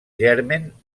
germen